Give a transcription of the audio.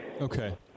Okay